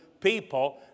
people